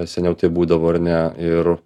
seniau taip būdavo ar ne ir